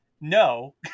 no